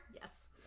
Yes